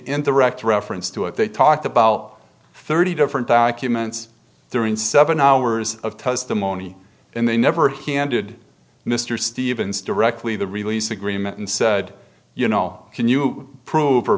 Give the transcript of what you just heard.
interact reference to it they talked about thirty different documents during seven hours of testimony and they never he handed mr stevens directly the release agreement and said you know can you prove